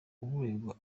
uregwa